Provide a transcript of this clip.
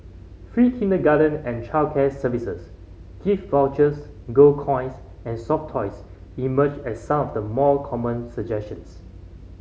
free kindergarten and childcare services gift vouchers gold coins and soft toys emerged as some of the more common suggestions